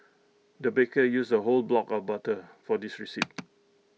the baker used A whole block of butter for this recipe